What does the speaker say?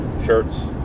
shirts